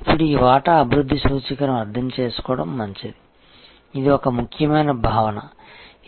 ఇప్పుడు ఈ వాటా అభివృద్ధి సూచికను అర్థం చేసుకోవడం మంచిది ఇది ఒక ముఖ్యమైన భావన